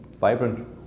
vibrant